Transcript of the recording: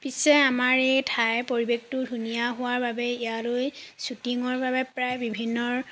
পিছে আমাৰ এই ঠাই পৰিৱেশটো ধুনীয়া হোৱাৰ বাবে ইয়ালৈ শ্বুটিঙৰ বাবে প্ৰায় বিভিন্নৰ